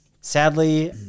Sadly